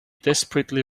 desperately